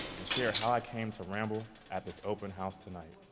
and share how i came to ramble at this open house tonight.